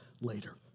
later